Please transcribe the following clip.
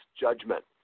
judgment